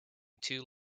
two